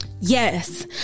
Yes